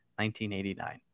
1989